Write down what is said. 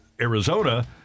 Arizona